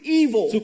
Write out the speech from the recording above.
evil